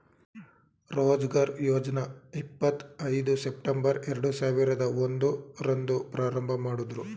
ರೋಜ್ಗಾರ್ ಯೋಜ್ನ ಇಪ್ಪತ್ ಐದು ಸೆಪ್ಟಂಬರ್ ಎರಡು ಸಾವಿರದ ಒಂದು ರಂದು ಪ್ರಾರಂಭಮಾಡುದ್ರು